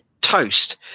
toast